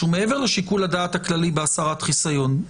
שהוא מעבר לשיקול הדעת הכללי בהסרת חיסיון.